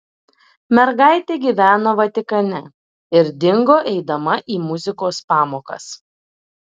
mergaitė gyveno vatikane ir dingo eidama į muzikos pamokas